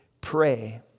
pray